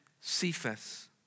Cephas